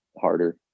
harder